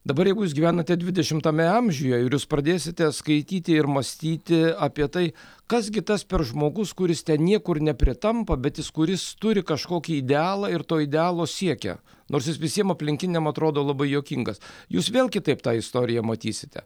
dabar jeigu jūs gyvenate dvidešimtame amžiuje ir jūs pradėsite skaityti ir mąstyti apie tai kas gi tas per žmogus kuris ten niekur nepritampa bet jis kuris turi kažkokį idealą ir to idealo siekia nors jis visiem aplinkiniam atrodo labai juokingas jūs vėl kitaip tą istoriją matysite